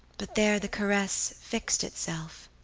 but there the caress fixed itself.